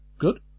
Good